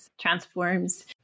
transforms